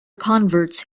converts